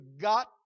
got